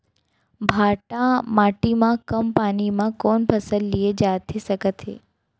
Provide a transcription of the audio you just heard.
भांठा माटी मा कम पानी मा कौन फसल लिए जाथे सकत हे?